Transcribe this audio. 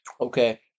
Okay